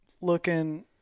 looking